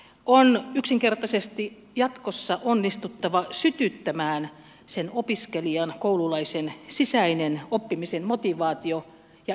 on yksinkertaisesti jatkossa onnistuttava sytyttämään sen opiskelijan koululaisen sisäinen oppimisen motivaatio ja intohimo oppimiseen